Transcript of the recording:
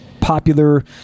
popular